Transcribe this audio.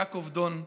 יעקב דון,